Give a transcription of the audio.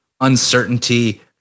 uncertainty